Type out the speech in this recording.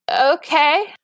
okay